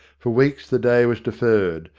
for weeks the day was deferred,